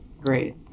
Great